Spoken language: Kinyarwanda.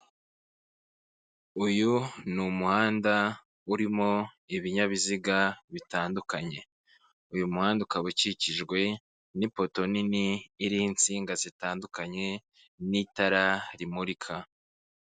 Uyu ni umuhanda urimo ibinyabiziga bitandukanye, uyu muhanda ukaba ukikijwe n'ipoto nini iriho insinga zitandukanye n'itara rimurika.